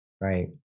Right